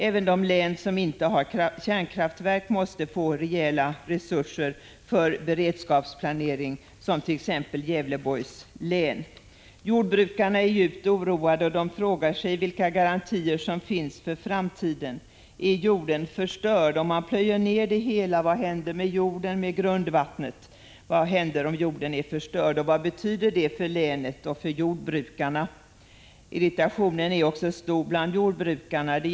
Även de län som inte har kärnkraftverk — som t.ex. Gävleborgs län — måste få rejäla resurser för beredskapsplanering. Jordbrukarna är djupt oroade. De frågar: Vilka garantier finns för framtiden? Är jorden förstörd? Om man plöjer ner det hela, vad händer då med jorden och med grundvattnet? Vad händer om jorden är förstörd? Vad betyder det för länet och för jordbrukarna? Också irritationen bland jordbrukarna är stor.